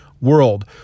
world